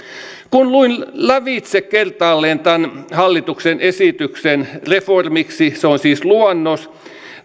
kun luin lävitse kertaalleen tämän hallituksen esityksen reformiksi se on siis luonnos